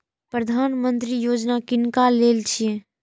प्रधानमंत्री यौजना किनका लेल छिए?